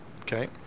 Okay